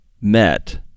met